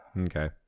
Okay